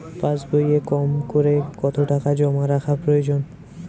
পাশবইয়ে কমকরে কত টাকা জমা রাখা প্রয়োজন?